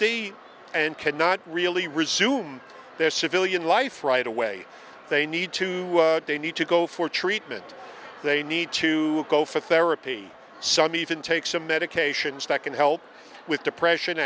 d and cannot really resume their civilian life right away they need to they need to go for treatment they need to go for therapy some even take some medications that can help with depression